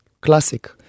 classic